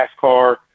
NASCAR